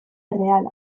erreala